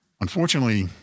Unfortunately